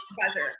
buzzer